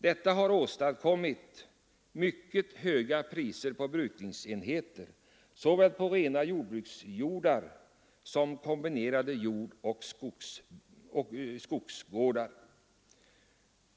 Detta har åstadkommit mycket höga priser på jordbruksenheter, såväl på rena jordbruksjordar som på kombinerade jordoch skogsgårdar.